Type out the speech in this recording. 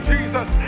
Jesus